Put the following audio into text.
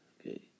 Okay